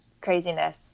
craziness